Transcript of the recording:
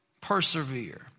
persevere